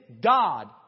God